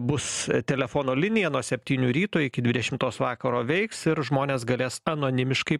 bus telefono linija nuo septynių ryto iki dvidešimtos vakaro veiks ir žmonės galės anonimiškai